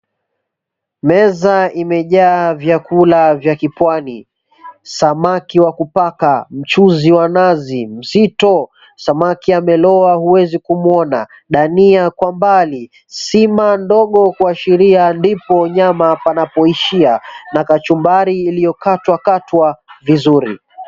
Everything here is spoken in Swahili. Meza imejaa vyakula vya kipwani samaki wa kupaka , mchuzi wa nazi mzito, samaki ameloa huwezi kumuona, dania kwa mbali, sima ndogo kuashiria ndipo nyama panapoishia na kachumbari iliyokatwakatwa vizuri.